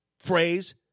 Phrase